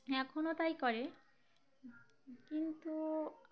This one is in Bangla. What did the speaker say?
এখনও তাই করে কিন্তু